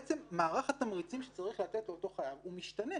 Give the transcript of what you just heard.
מערך התמריצים שצריך לתת לאותו חייב משתנה,